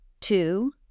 two